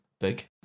big